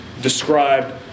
described